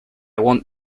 want